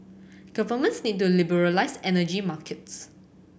governments need to liberalise energy markets